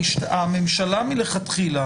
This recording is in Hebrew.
הממשלה מלכתחילה